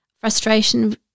frustration